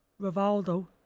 Rivaldo